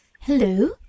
Hello